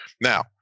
Now